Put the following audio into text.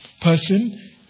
person